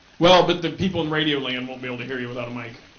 well but the people in radioland won't be able to hear you without a mic